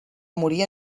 morir